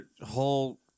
whole